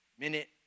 Minute